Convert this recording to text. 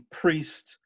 priest